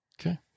Okay